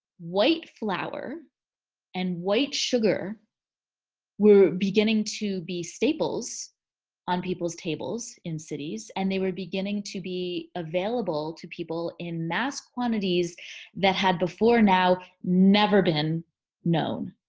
white flour and white sugar were beginning to be staples on people's tables in cities and they were beginning to be available to people in mass quantities that had before now never been known.